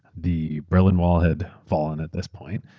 the berlin wall had fallen at this point.